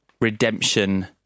redemption